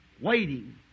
waiting